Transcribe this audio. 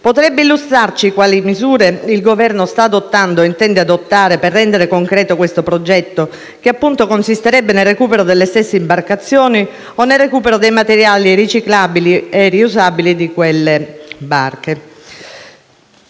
potrebbe illustrarci quali misure il Governo sta adottando o intende adottare per rendere concreto questo progetto che appunto consisterebbe nel recupero delle stesse imbarcazioni e nel recupero dei materiali riciclabili e riusabili di quelle barche?